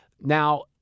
Now